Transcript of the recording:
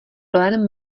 plen